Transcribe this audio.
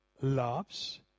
loves